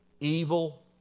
evil